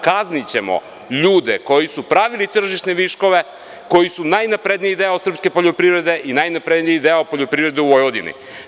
Kaznićemo ljude koji su pravili tržišne viškove, koji su najnapredniji deo srpske poljoprivrede i najnapredniji deo poljoprivrede u Vojvodini.